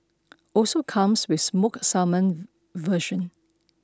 also comes with smoked salmon version